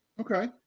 okay